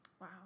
Wow